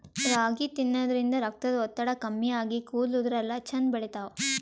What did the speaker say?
ರಾಗಿ ತಿನ್ನದ್ರಿನ್ದ ರಕ್ತದ್ ಒತ್ತಡ ಕಮ್ಮಿ ಆಗಿ ಕೂದಲ ಉದರಲ್ಲಾ ಛಂದ್ ಬೆಳಿತಾವ್